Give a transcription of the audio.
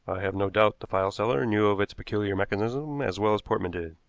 have no doubt the file seller knew of its peculiar mechanism as well as portman did.